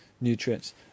nutrients